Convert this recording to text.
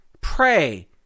Pray